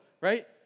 Right